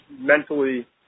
mentally